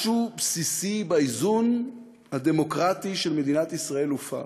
משהו בסיסי באיזון הדמוקרטי של מדינת ישראל הופר.